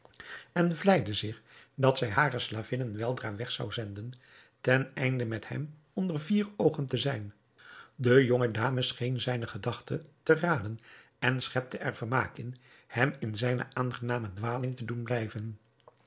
en vleide zich dat zij hare slavinnen weldra weg zou zenden ten einde met hem onder vier oogen te zijn de jonge dame scheen zijne gedachte te raden en schepte er vermaak in hem in zijne aangename dwaling te doen blijven